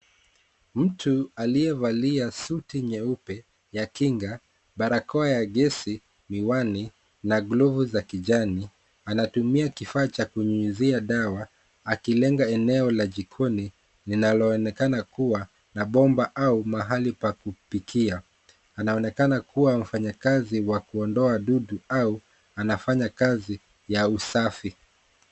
Mtu aliyevalia suti nyeupe ya kinga, barakoa ya gesi, miwani, na glovu za kijani, anatumia kifaa cha kunyunyizia dawa, akilenga eneo la jikoni linaloonekana kuwa na bomba au mahali pa kupikia. Anaonekana kuwa mfanyakazi wa kuondoa dudu au anafanya kazi ya usafi.